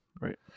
Right